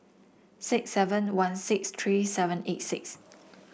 six seven one six three seven eight six